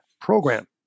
program